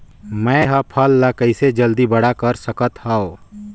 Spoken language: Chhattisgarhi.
मैं ह फल ला कइसे जल्दी बड़ा कर सकत हव?